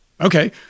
okay